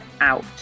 out